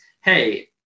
Hey